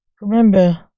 Remember